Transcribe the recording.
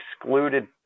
excluded